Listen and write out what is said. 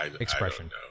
expression